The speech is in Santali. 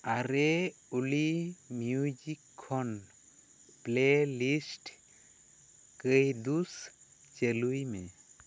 ᱟᱨᱮ ᱚᱞᱤ ᱢᱤᱩᱡᱤᱠ ᱠᱷᱚᱱ ᱯᱞᱮᱞᱤᱥᱴ ᱠᱟᱹᱭᱫᱩᱥ ᱪᱟᱹᱞᱩᱭ ᱢᱮ